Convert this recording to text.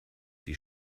die